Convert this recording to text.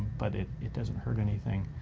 but it it doesn't hurt anything.